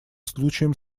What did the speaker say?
случаям